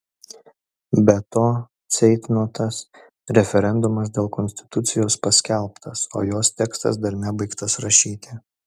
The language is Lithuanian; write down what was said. be to ceitnotas referendumas dėl konstitucijos paskelbtas o jos tekstas dar nebaigtas rašyti